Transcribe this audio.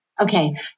Okay